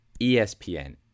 ESPN